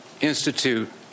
institute